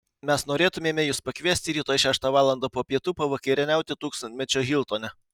mes norėtumėme jus pakviesti rytoj šeštą valandą po pietų pavakarieniauti tūkstantmečio hiltone